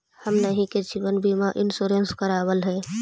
हमनहि के जिवन बिमा इंश्योरेंस करावल है?